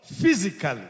physically